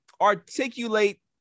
articulate